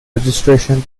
registration